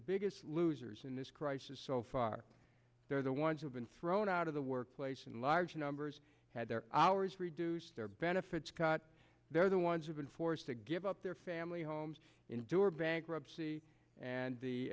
biggest losers in this crisis so far they're the ones who've been thrown out of the workplace in large numbers had their hours reduced their benefits cut they're the ones who've been forced to give up their family homes endure bankruptcy and the